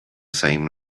same